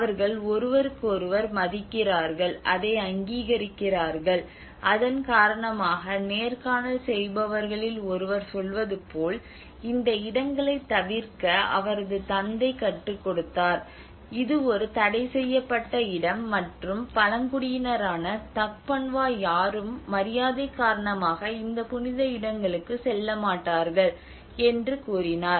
அவர்கள் ஒருவருக்கொருவர் மதிக்கிறார்கள் அதை அங்கீகரிக்கிறார்கள் அதன் காரணமாக நேர்காணல் செய்பவர்களில் ஒருவர் சொல்வது போல் இந்த இடங்களைத் தவிர்க்க அவரது தந்தை கற்றுக் கொடுத்தார் இது ஒரு தடைசெய்யப்பட்ட இடம் மற்றும் பழங்குடியினரான தக்பன்வா யாரும் மரியாதை காரணமாக இந்த புனித இடங்களுக்குச் செல்ல மாட்டார்கள் என்று கூறினார்